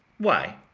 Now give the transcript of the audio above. why,